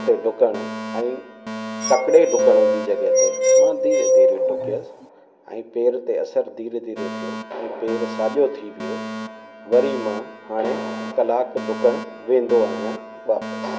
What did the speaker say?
उते डुकणु ऐं तकिड़े डुकण जी जॻहि ते मां धीरे धीरे डुकियसि ऐं पेर ते असरु धीरे धीरे थियो ऐं पेरु साॼो थी वियो वरी मां हाणे कलाकु डुकणु वेंदो आहियां वापसि